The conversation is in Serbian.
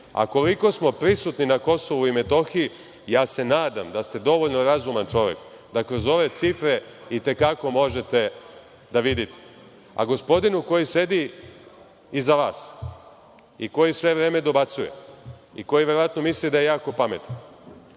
koliko smo prisutni na KiM nadam se da ste dovoljno razuman čovek, da kroz ove cifre itekako možete da vidite. Gospodinu, koji sedi iza vas i koji sve vreme dobacuje i koji verovatno misli da je jako pametan